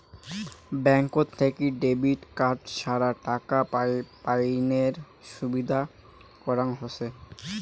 ব্যাঙ্কত থাকি debit card ছাড়া টাকা পাইনের সুবিধা করাং হসে